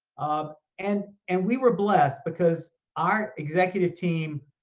um and and we were blessed because our executive team,